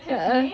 ya